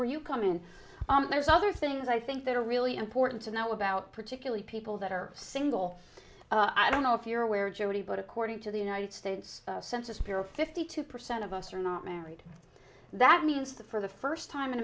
where you come in there's other things i think that are really important to know about particularly people that are single i don't know if you're aware jody but according to the united states census bureau fifty two percent of us are not married that means that for the first time in